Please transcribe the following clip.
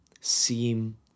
seem